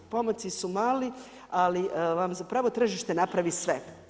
Pomaci su mali, ali vam zapravo tržište napravi sve.